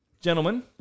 gentlemen